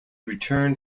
return